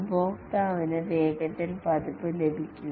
ഉപഭോക്താവിന് വേഗത്തിൽ പതിപ്പ് ലഭിക്കും